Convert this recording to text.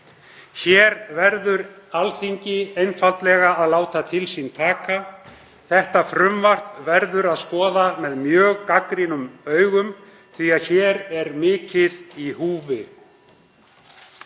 Hér verður Alþingi einfaldlega að láta til sín taka. Þetta frumvarp verður að skoða með mjög gagnrýnum augum því að hér er mikið í húfi.